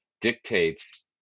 dictates